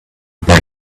buy